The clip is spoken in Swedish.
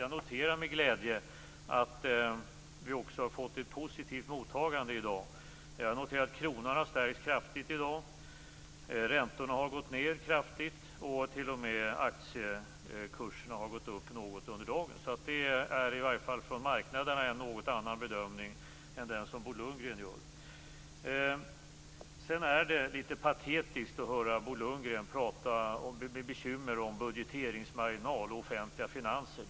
Jag noterar med glädje att vi också har fått ett positivt mottagande i dag. Jag noterar att kronan har stärkts kraftigt i dag, räntorna har gått ned kraftigt, och t.o.m. aktiekurserna har gått upp något under dagen. Det är i varje fall från marknaderna en något annan bedömning än den som Bo Lundgren gör. Sedan är det litet patetiskt att höra Bo Lundgren bekymrat tala om budgeteringsmarginal och offentliga finanser.